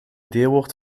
deelwoord